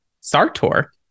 Sartor